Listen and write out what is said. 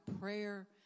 prayer